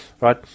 right